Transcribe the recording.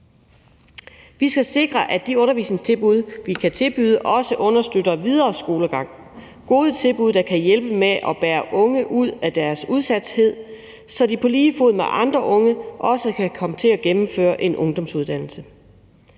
Vi skal sikre, at de undervisningstilbud, vi kan tilbyde, også understøtter en videre skolegang med gode tilbud, der kan hjælpe med at bære unge ud af deres udsathed, så de på lige fod med andre unge kan komme til at gennemføre en ungdomsuddannelse.